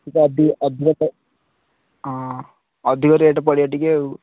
ଯଦି ଅଧିକ ହଁ ଅଧିକ ରେଟ୍ ପଡ଼ିବ ଟିକିଏ ଆଉ